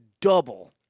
double